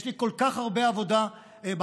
יש לי כל כך הרבה עבודה בבית.